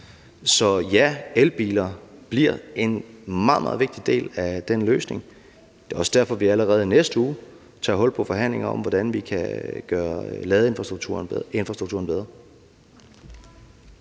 Så ja, elbiler bliver en meget, meget vigtig del af den løsning, og det er også derfor, vi allerede i næste uge tager hul på forhandlinger om, hvordan vi kan gøre ladeinfrastrukturen bedre.